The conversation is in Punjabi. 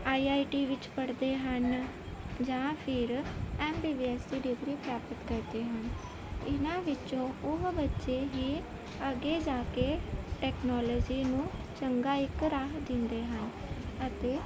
ਆਈ ਆਈ ਟੀ ਵਿੱਚ ਪੜ੍ਹਦੇ ਹਨ ਜਾਂ ਫਿਰ ਐਮ ਬੀ ਬੀ ਐੱਸ ਦੀ ਡਿਗਰੀ ਪ੍ਰਾਪਤ ਕਰਦੇ ਹਨ ਇਹਨਾਂ ਵਿੱਚੋਂ ਉਹ ਬੱਚੇ ਹੀ ਅੱਗੇ ਜਾ ਕੇ ਟੈਕਨੋਲੋਜੀ ਨੂੰ ਚੰਗਾ ਇੱਕ ਰੰਗ ਦਿੰਦੇ ਹਨ ਅਤੇ